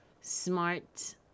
smart